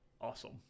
Awesome